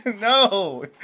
no